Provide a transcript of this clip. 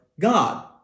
God